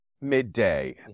midday